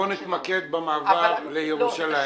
בואו נתמקד במעבר לירושלים.